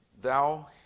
Thou